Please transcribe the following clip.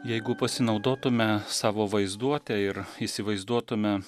jeigu pasinaudotume savo vaizduote ir įsivaizduotume